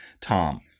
Tom